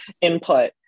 input